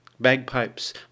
Bagpipes